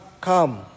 come